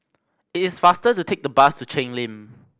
it is faster to take the bus to Cheng Lim